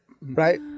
Right